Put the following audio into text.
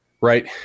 Right